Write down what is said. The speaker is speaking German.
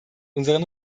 unseren